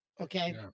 okay